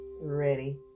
ready